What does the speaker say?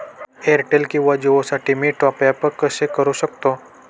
Airtel किंवा जिओसाठी मी टॉप ॲप कसे करु शकतो?